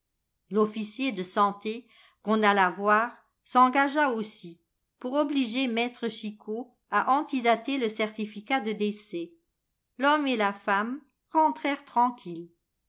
l'officier de santé qu'on alla voir s'engagea aussi pour obliger maître chicot à antidater le certificat de décès l'homme et la femme rentrèrent tranquilles